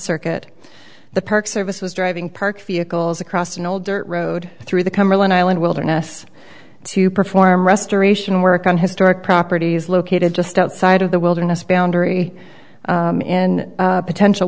circuit the park service was driving parked vehicles across an old dirt road through the cumberland island wilderness to perform restoration work on historic properties located just outside of the wilderness boundary in potential